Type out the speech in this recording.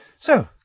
So